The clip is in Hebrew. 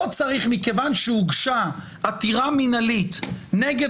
לא צריך מכיוון שהוגשה עתירה מינהלית נגד